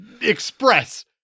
express